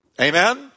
Amen